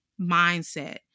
mindset